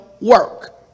work